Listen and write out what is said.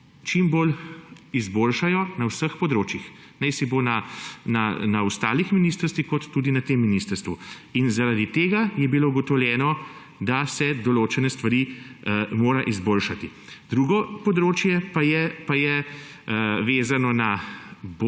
postopki izboljšajo na vseh področjih, na drugih ministrstvih kot tudi na tem ministrstvu. Zaradi tega je bilo ugotovljeno, da se določene stvari morajo izboljšati. Drugo področje pa je vezano na